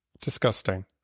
disgusting